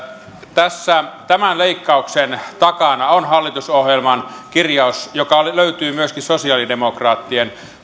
tämän leikkauksen takana on hallitusohjelman kirjaus joka löytyy myöskin sosialidemokraattien